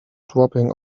dropping